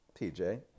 PJ